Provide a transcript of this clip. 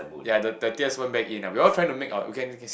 ya the the tears went back in ah we all trying to make our weekend